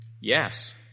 Yes